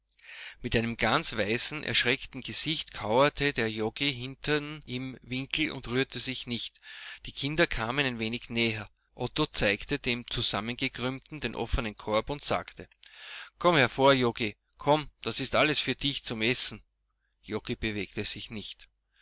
mit einem ganz weißen erschreckten gesicht kauerte der joggi hinten im winkel und rührte sich nicht die kinder kamen ein wenig näher otto zeigte dem zusammengekrümmten den offenen korb und sagte komm hervor joggi komm das ist alles für dich zum essen joggi bewegte sich nicht